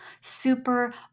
super